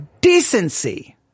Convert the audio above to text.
decency